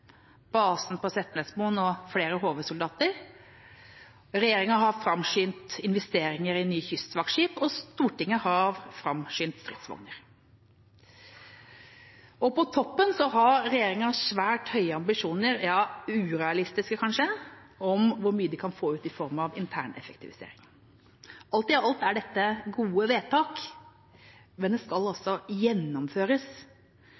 basen på Setnesmoen og flere HV-soldater. Regjeringa har framskyndet investeringer i nye kystvaktskip, og Stortinget har framskyndet stridsvogner. Og på toppen har regjeringa svært høye – ja, kanskje urealistiske – ambisjoner om hvor mye de kan få ut i form av interneffektivisering. Alt i alt er dette gode vedtak, men de skal